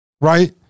right